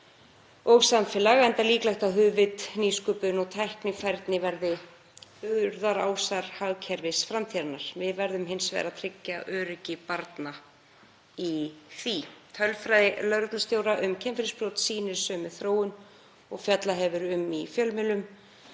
og samfélag enda líklegt að hugvit, nýsköpun og tæknifærni verði burðarásar hagkerfis framtíðarinnar. Við verðum hins vegar að tryggja öryggi barna í því. Tölfræði lögreglustjóra um kynferðisbrot sýnir sömu þróun og fjallað hefur verið um í fjölmiðlum,